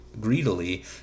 greedily